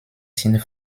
sind